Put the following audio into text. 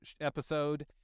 episode